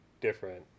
different